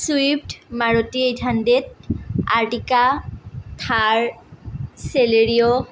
swift Maruti eight hundred Ertiga Thar Celerio